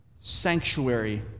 sanctuary